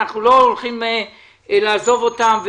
אנחנו לא הולכים לעזוב אותם,